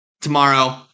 tomorrow